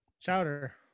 chowder